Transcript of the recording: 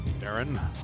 Darren